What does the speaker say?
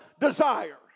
desire